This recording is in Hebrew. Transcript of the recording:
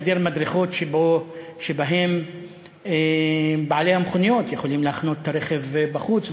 היעדר מדרכות שעליהן בעלי המכוניות יכולים להחנות את הרכב בחוץ,